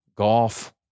Golf